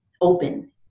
open